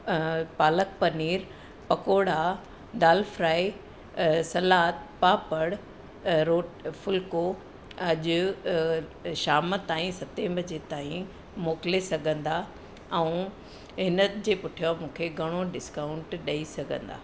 पालक paneer pakora dal fry सलादु पापड़ रोट फुल्को अॼु शाम ताईं सतें बजे ताईं मोकिले सघंदा ऐं हिन जे पुठियां मूंखे घणो डिस्काउंट ॾेई सघंदा